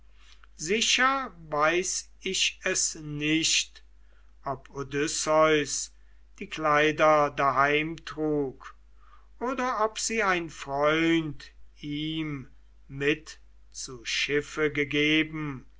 sicher weiß ich es nicht ob odysseus die kleider daheim trug oder ob sie ein freund ihm mit zu schiffe gegeben